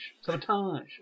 Sabotage